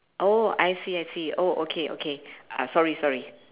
oh I see I see oh okay okay uh sorry sorry